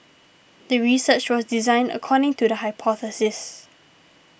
the research was designed according to the hypothesis